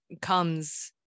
comes